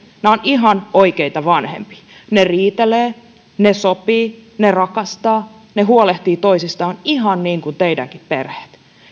nämä ovat ihan oikeita vanhempia ne riitelevät ne sopivat ne rakastavat ne huolehtivat toisistaan ihan niin kuin teidänkin perheenne